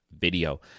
video